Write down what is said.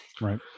Right